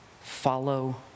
Follow